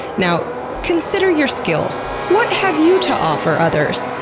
now, consider your skills. what have you, to offer others?